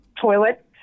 toilet